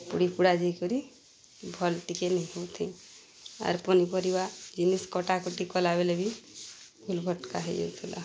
ପୁଡ଼ି ପୁଡ଼ା ଯେଇକରି ଭଲ୍ ଟିକେ ନେଇହଉଥି ଆର୍ ପନିପରିବା ଜିନିଷ୍ କଟା କଟି କଲାବେଲେ ବି ଭୁଲ୍ଭଟ୍କା ହେଇଯାଉଥିଲା